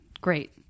Great